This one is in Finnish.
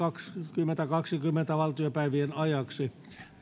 kaksituhattakaksikymmentä valtiopäivien ajaksi